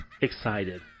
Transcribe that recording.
excited